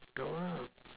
don't want lah